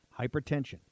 Hypertension